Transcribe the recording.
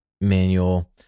manual